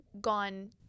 gone